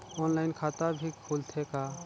Online खाता भी खुलथे का?